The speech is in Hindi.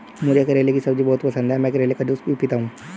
मुझे करेले की सब्जी बहुत पसंद है, मैं करेले का जूस भी पीता हूं